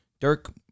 Dirk